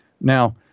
Now